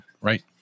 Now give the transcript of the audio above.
Right